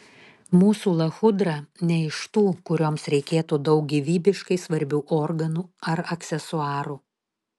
mūsų lachudra ne iš tų kurioms reikėtų daug gyvybiškai svarbių organų ar aksesuarų